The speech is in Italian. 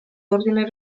ordine